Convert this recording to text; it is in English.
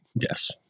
Yes